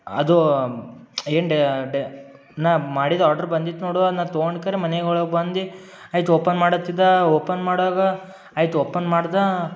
ಅದು ಏನು ನಾನು ಮಾಡಿದ್ದ ಆರ್ಡ್ರು ಬಂದಿತ್ತು ನೋಡುವ ನಾನು ತೊಗೊಂಡ್ ಕರೆ ಮನೆಯೊಳಗ್ ಬಂದು ಆಯಿತು ಓಪನ್ ಮಾಡುತ್ತಿದ್ದ ಓಪನ್ ಮಾಡ್ವಾಗ ಆಯಿತು ಒಪ್ಪನ್ ಮಾಡ್ದೆ